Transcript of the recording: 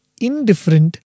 indifferent